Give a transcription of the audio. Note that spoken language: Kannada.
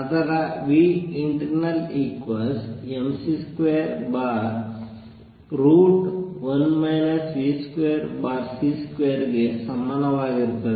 ಆದ್ದರಿಂದ ಅದರ internal mc21 v2c2 ಗೆ ಸಮಾನವಾಗಿರುತ್ತದೆ